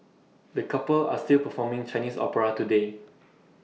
the couple are still performing Chinese opera today